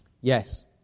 Yes